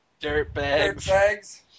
dirtbags